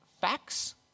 facts